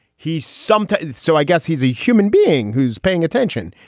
he sometimes. so i guess he's a human being who's paying attention.